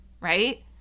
right